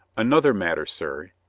an other matter, sir.